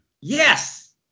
Yes